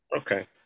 Okay